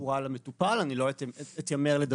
הוא רע למטופל אני לא אתיימר לדבר